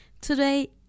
Today